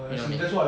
you know what I mean